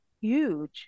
huge